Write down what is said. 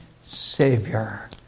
Savior